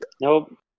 Nope